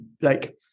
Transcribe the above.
like-